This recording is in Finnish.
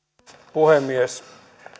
puhemies